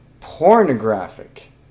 pornographic